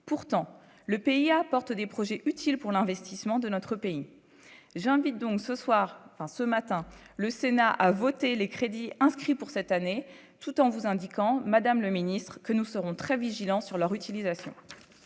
pourtant le pays apportent des projets utiles pour l'investissement de notre pays, j'invite donc, ce soir, ce matin, le Sénat a voté les crédits inscrits pour cette année, tout en vous indiquant : Madame le Ministre, que nous serons très vigilants sur leur utilisation.